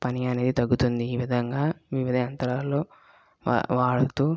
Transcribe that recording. పని అనేది తగ్గుతుంది ఈ విధంగా వివిధ యంత్రాలు వాడుతూ